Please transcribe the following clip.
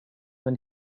than